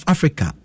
Africa